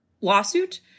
lawsuit